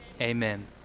amen